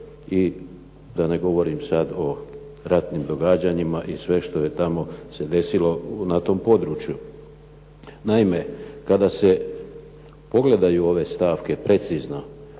i da ne govorim sada o ratnim događanjima i sve što se desilo na tom području. Naime, kada se pogledaju ove stavke precizno